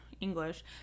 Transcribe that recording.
English